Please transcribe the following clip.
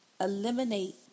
eliminate